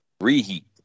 reheat